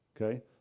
Okay